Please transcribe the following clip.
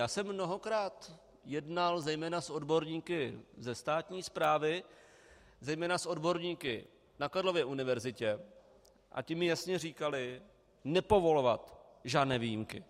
Já jsem mnohokrát jednal zejména s odborníky ze státní správy, zejména s odborníky na Karlově univerzitě a ti mi jasně říkali: nepovolovat žádné výjimky.